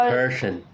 Persian